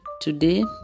today